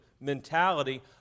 mentality